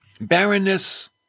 Barrenness